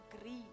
agree